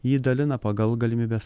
jį dalina pagal galimybes